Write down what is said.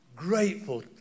Grateful